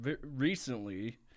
recently